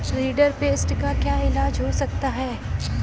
rinderpest का क्या इलाज हो सकता है